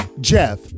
Jeff